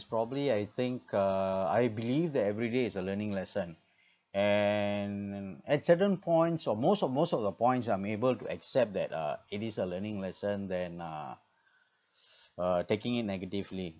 probably I think uh I believe that every day is a learning lesson and and at certain points or most of most of the points I'm able to accept that uh it is a learning lesson than uh uh taking it negatively